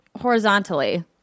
horizontally